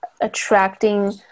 attracting